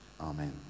Amen